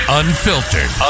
unfiltered